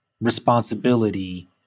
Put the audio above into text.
responsibility